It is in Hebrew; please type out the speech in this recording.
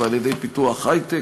ועל-ידי פיתוח היי-טק,